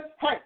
hey